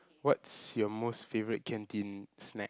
what's your most favorite canteen snack